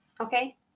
Okay